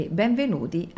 benvenuti